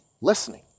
listening